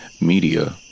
Media